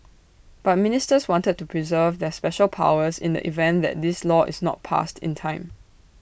but ministers wanted to preserve their special powers in the event that this law is not passed in time